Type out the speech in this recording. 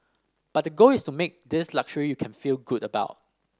but the goal is to make this luxury you can feel good about